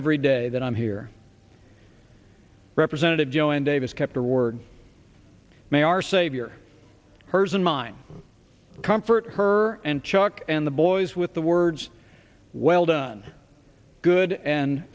every day that i'm here representative joanne davis kept her word may our savior hers and mine comfort her and chuck and the boys with the words well done good and